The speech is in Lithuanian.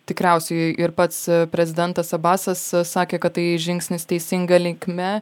tikriausiai ir pats prezidentas abbasas sakė kad tai žingsnis teisinga linkme